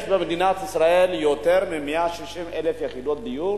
יש במדינת ישראל יותר מ-160,000 יחידות דיור